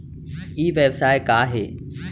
ई व्यवसाय का हे?